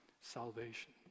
salvation